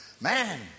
Man